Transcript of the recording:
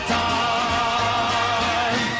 time